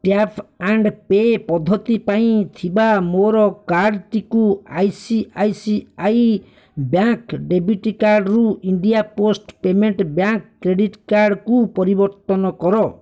tap and pay ପଦ୍ଧତି ପାଇଁ ଥିବା ମୋର କାର୍ଡ୍ଟିକୁ I C I C I bank debit card ରୁ India post payment bank credit card କୁ ପରିବର୍ତ୍ତନ କର